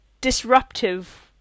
disruptive